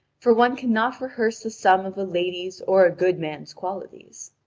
for one cannot rehearse the sum of a lady's or a good man's qualities.